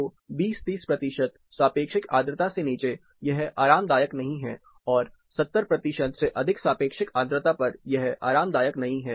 तो 2030 प्रतिशत सापेक्षिक आर्द्रता से नीचे यह आरामदायक नहीं है और 70 प्रतिशत से अधिक सापेक्षिक आर्द्रता पर यह आरामदायक नहीं है